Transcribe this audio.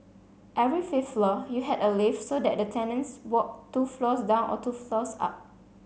every fifth floor you had a lift so that the tenants walked two floors down or two floors up